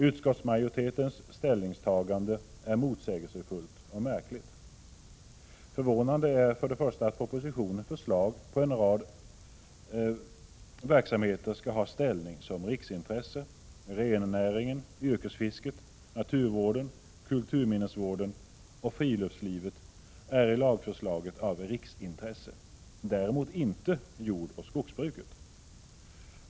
Utskottsmajoritetens ställningstagande är motsägelsefullt och märkligt. Förvånande är också propositionens förslag att en rad verksamheter skall ha ställningen som riksintresse. Rennäringen, yrkesfisket, naturvården, kulturminnesvården och friluftslivet är i lagförslaget av riksintresse. Däremot inte jordoch skogsbruket.